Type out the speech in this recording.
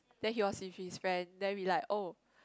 then he was with his friend then we like oh